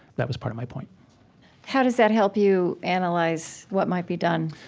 that was part of my point how does that help you analyze what might be done?